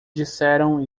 disseram